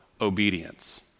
obedience